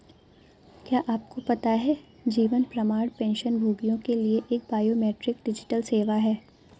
क्या आपको पता है जीवन प्रमाण पेंशनभोगियों के लिए एक बायोमेट्रिक डिजिटल सेवा है?